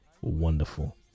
wonderful